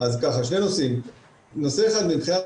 נושא אחד מבחינת